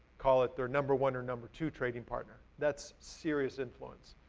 call it their number one or number two trading partner. that's serious influence.